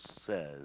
says